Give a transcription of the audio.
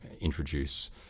introduce